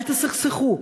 אל תסכסכו.